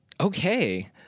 Okay